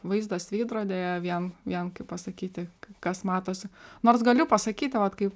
vaizdas veidrodyje vien vien kaip pasakyti kas matosi nors galiu pasakyti vat kai